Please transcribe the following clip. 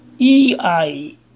EI